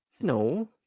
No